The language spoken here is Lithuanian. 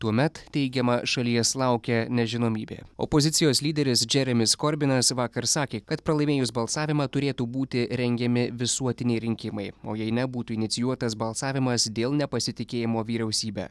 tuomet teigiama šalies laukia nežinomybė opozicijos lyderis džeremis korbinas vakar sakė kad pralaimėjus balsavimą turėtų būti rengiami visuotiniai rinkimai o jei ne būtų inicijuotas balsavimas dėl nepasitikėjimo vyriausybe